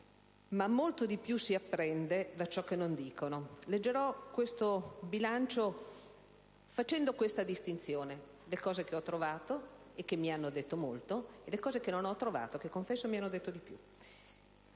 ma molto di più si apprende da ciò che non dicono. Leggerò il bilancio interno del Senato facendo la seguente distinzione: le cose che ho trovato e che mi hanno detto molto, e le cose che non ho trovato, che confesso mi hanno detto di più.